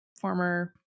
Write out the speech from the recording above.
former